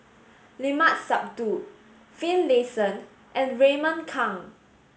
Limat Sabtu Finlayson and Raymond Kang